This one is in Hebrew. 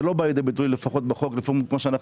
זה לא בא לידי ביטוי, לפחות בחוק כמו ראינו.